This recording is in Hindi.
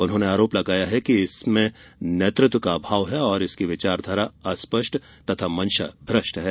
उन्होंने आरोप लगाया कि इसमें नेतृत्व का अभाव है और इसकी विचारधारा अस्पष्ट तथा मंशा भ्रष्ट है